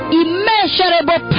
immeasurable